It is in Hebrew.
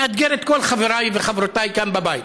מאתגר את כל חבריי וחברותיי כאן בבית: